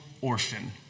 orphan